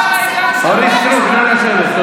אורית סטרוק, נא לשבת.